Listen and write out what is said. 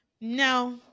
No